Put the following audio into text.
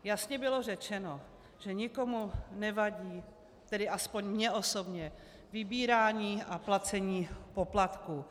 Jasně bylo řečeno, že nikomu nevadí, tedy aspoň mně osobně, vybírání a placení poplatků.